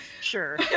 Sure